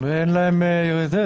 אני רושם את הדברים.